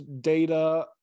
data